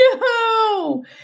no